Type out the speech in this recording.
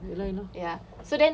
orh ye lah ye lah